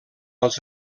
els